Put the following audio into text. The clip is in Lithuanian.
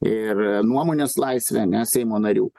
ir nuomonės laisvę ane seimo narių